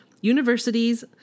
universities